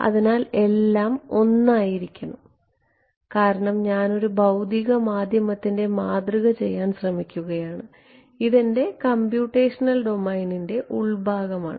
അതിനാൽ എല്ലാം 1 ആയിരിക്കണം കാരണം ഞാൻ ഒരു ഭൌതിക മാധ്യമത്തിൻറെ മാതൃക ചെയ്യാൻ ശ്രമിക്കുന്നു ഇത് എന്റെ കമ്പ്യൂട്ടേഷണൽ ഡൊമെയ്നിന്റെ ഉൾഭാഗം ആണ്